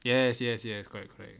yes yes yes correct correct